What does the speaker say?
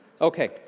Okay